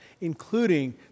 including